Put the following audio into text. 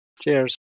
Cheers